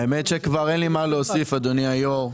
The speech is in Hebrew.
האמת היא שכבר אין לי מה להוסיף אדוני היושב ראש.